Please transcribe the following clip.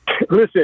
listen